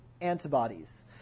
antibodies